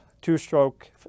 two-stroke